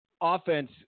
offense